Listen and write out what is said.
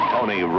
Tony